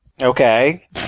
Okay